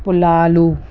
पुला आलू